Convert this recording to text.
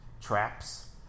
traps